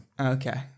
Okay